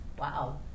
wow